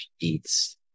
Eats